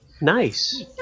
Nice